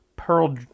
Pearl